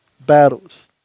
battles